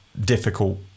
difficult